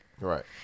Right